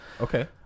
Okay